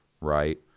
right